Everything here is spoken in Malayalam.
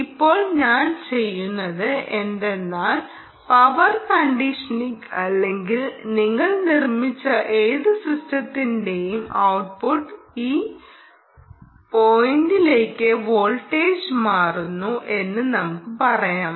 ഇപ്പോൾ ഞാൻ ചെയ്യുന്നത് എന്തെന്നാൽ പവർ കണ്ടീഷനിംഗ് അല്ലെങ്കിൽ നിങ്ങൾ നിർമ്മിച്ച ഏത് സിസ്റ്റത്തിന്റെയും ഔട്ട്പുട്ട് ഈ പോയിന്റിലേക് വോൾട്ടേജ് മാറുന്നു എന്ന് നമുക്ക് പറയാം